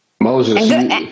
Moses